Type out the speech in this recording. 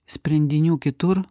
sprendinių kitur